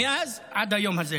(אומר בערבית: ומשם,) מאז עד היום הזה.